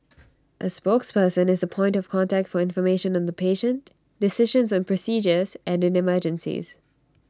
A spokesperson is the point of contact for information on the patient decisions on procedures and in emergencies